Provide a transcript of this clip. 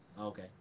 Okay